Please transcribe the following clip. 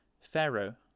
Pharaoh